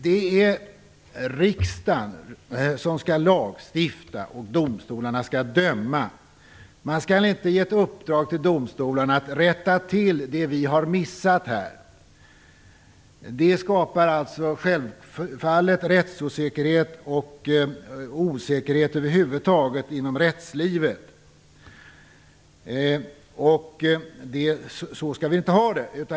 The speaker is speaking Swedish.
Det är riksdagen som skall lagstifta, och domstolarna skall döma. Man skall inte ge ett uppdrag till domstolarna att rätta till det vi här har missat. Det skapar självfallet rättsosäkerhet och osäkerhet över huvud taget inom rättslivet, och så skall vi inte ha det.